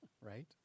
right